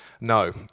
No